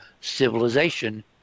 civilization